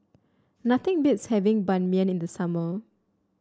nothing beats having Ban Mian in the summer